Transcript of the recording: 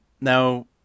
now